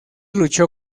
luchó